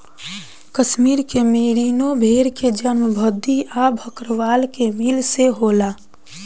कश्मीर के मेरीनो भेड़ के जन्म भद्दी आ भकरवाल के मिले से होला